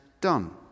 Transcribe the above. done